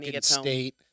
state